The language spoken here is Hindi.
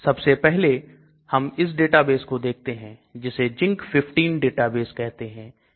सबसे पहले हम इस डेटाबेस को देखते हैं जिसे Zinc15 डेटाबेस कहते हैं